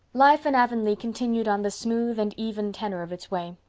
life in avonlea continued on the smooth and even tenor of its way.